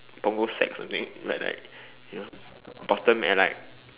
Punggol Sec or something but like you know bottom at like